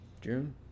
June